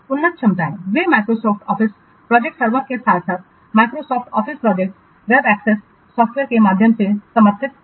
उन्नत क्षमताएँ वे Microsoft ऑफिस प्रोजेक्ट सर्वर के साथ साथ Microsoft office project web access software के माध्यम से समर्थित हैं